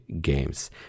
games